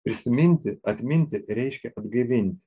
prisiminti atminti reiškia atgaivinti